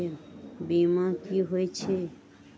बीमा कि होई छई?